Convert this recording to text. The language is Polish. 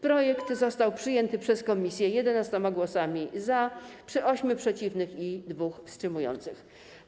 Projekt został przyjęty przez komisję 11 głosami za przy 8 przeciwnych i 2 wstrzymujących się.